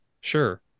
Sure